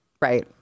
Right